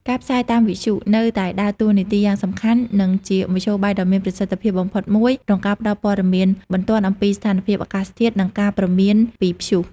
ការផ្សាយតាមវិទ្យុ នៅតែដើរតួនាទីយ៉ាងសំខាន់ និងជាមធ្យោបាយដ៏មានប្រសិទ្ធភាពបំផុតមួយក្នុងការផ្តល់ព័ត៌មានបន្ទាន់អំពីស្ថានភាពអាកាសធាតុ និងការព្រមានពីព្យុះ ។